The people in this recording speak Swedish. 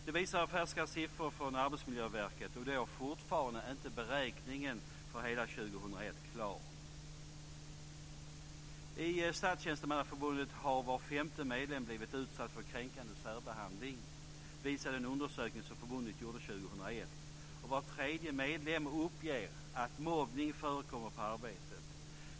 Det visar färska siffror från Arbetsmiljöverket, och då är fortfarande inte beräkningen för hela I Statstjänstemannaförbundet har var femte medlem blivit utsatt för kränkande särbehandling. Det visade en undersökning som förbundet gjorde 2001. Var tredje medlem uppger att mobbning förekommer på arbetet.